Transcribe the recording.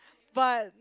but